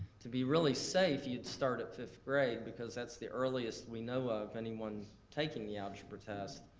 to be really safe, you'd start at fifth grade, because that's the earliest we know of anyone taking the algebra test.